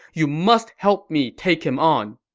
you must help me take him on!